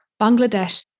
Bangladesh